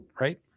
Right